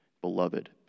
Beloved